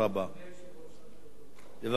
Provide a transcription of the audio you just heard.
חבר הכנסת גפני, בבקשה.